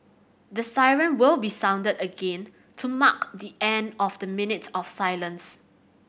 the siren will be sounded again to mark the end of the minute of silence